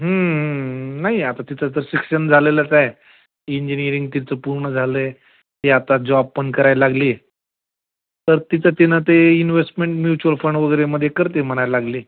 हं हं नाही आता तिचं तर शिक्षण झालेलंच आहे इंजीनीअरिंग तिचं पूर्ण झालं आहे ती आत्ता जॉब पण करायला लागली आहे तर तिचं तिनं ते ईन्वेस्टमेंट म्युच्युअल फंड वगैरेमध्ये करते आहे म्हणायला लागली